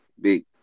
big